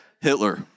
Hitler